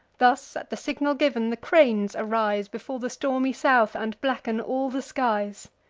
thus, at the signal giv'n, the cranes arise before the stormy south, and blacken all the skies.